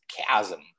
chasm